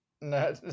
No